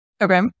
Okay